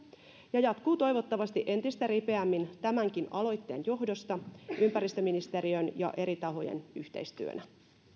ja jatkuu toivottavasti entistä ripeämmin tämänkin aloitteen johdosta ympäristöministeriön ja eri tahojen yhteistyönä